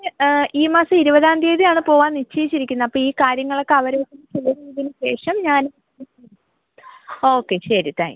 ഈ മാസം ഇരുപതാം തീയതി ആണ് പോവാൻ നിശ്ചയിച്ച് ഇരിക്കുന്നത് അപ്പം ഈ കാര്യങ്ങളൊക്കെ അവരോട് ഒന്ന് ചോദിച്ചതിന് ശേഷം ഞാൻ ഓക്കെ ശരി താങ്ക് യു